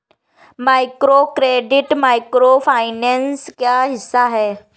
microcredit micro finance का हिस्सा है